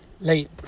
Late